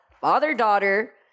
father-daughter